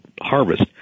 harvest